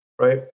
right